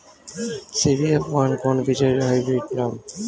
CBF one কোন বীজের hybrid নাম?